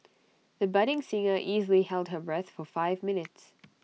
the budding singer easily held her breath for five minutes